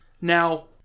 Now